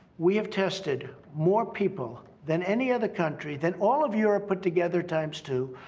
we have tested more people than any other country, than all of europe put together times two.